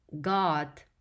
God